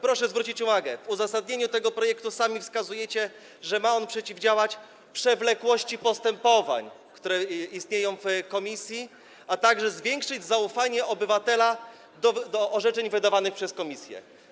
Proszę zwrócić uwagę, że w uzasadnieniu do tego projektu sami wskazujecie, że ma on przeciwdziałać przewlekłości postępowań, które istnieją w komisji, a także zwiększyć zaufanie obywatela do orzeczeń wydawanych przez komisję.